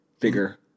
bigger